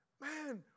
man